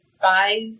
five